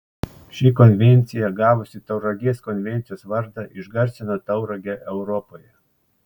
ši konvencija gavusi tauragės konvencijos vardą išgarsino tauragę europoje